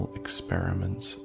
experiments